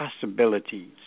possibilities